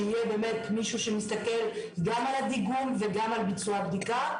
שיהיה באמת מישהו שמסתכל גם על הדיגום וגם על ביצוע הבדיקה,